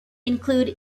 include